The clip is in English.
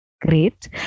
Great